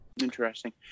Interesting